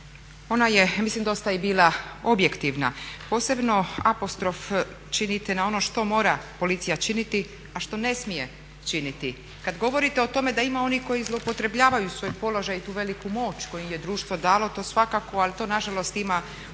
ona je ja mislim dosta i bila objektivna. Posebno apostrof činite na ono što mora policija činiti a što ne smije činiti. Kada govorite o tome da ima onih koji zloupotrjebljavaju svoj položaj i tu veliku moć koju im je društvo dalo, to svakako ali to nažalost ima u brojnim